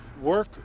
work